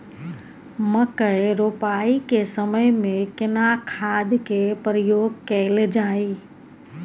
मकई रोपाई के समय में केना खाद के प्रयोग कैल जाय?